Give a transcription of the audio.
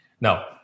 Now